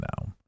now